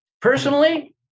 Personally